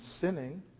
sinning